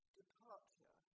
departure